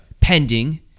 pending